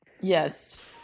yes